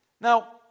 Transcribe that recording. Now